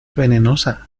venenosa